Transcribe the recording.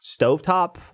stovetop